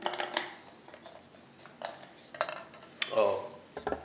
oh